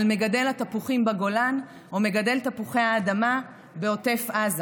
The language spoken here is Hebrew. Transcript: על מגדל התפוחים בגולן או מגדל תפוחי האדמה בעוטף עזה,